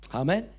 amen